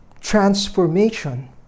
transformation